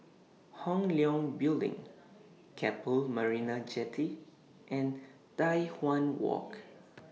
Hong Leong Building Keppel Marina Jetty and Tai Hwan Walk